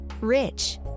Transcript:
rich